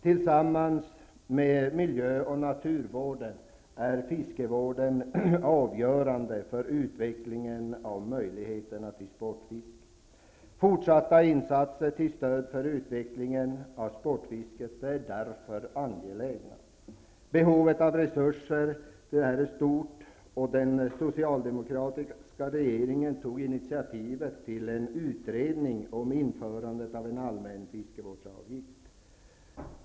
Tillsammans med miljö och naturvården är fiskevården avgörande för utvecklingen av möjligheterna till sportfiske. Fortsatta insatser till stöd för utvecklingen av sportfisket är därför angelägna. Behovet av resurser till detta är stort, och den socialdemokratiska regeringen tog initiativet till en utredning om införande av en allmän fiskevårdsavgift.